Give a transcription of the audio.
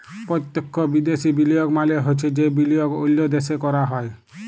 পত্যক্ষ বিদ্যাশি বিলিয়গ মালে হছে যে বিলিয়গ অল্য দ্যাশে ক্যরা হ্যয়